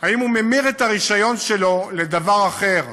אם הוא ממיר את הרישיון שלו לדבר אחר,